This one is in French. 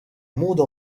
monde